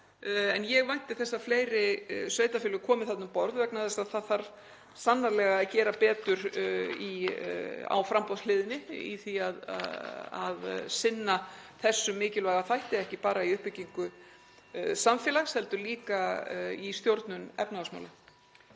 Ég vænti þess að fleiri sveitarfélög komi þarna um borð vegna þess að það þarf sannarlega að gera betur á framboðshliðinni í því að sinna þessum mikilvæga þætti, ekki bara í uppbyggingu samfélags heldur líka í stjórnun efnahagsmála.